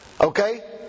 Okay